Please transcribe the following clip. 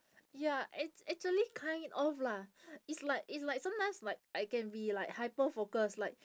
ya act~ actually kind of lah it's like it's like sometimes like I can be like hyper focus like